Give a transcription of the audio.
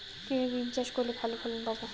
কিভাবে বিম চাষ করলে ভালো ফলন পাব?